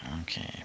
Okay